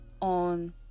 on